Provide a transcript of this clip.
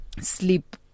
sleep